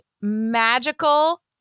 magical